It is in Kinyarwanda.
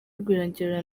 rwirangira